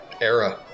era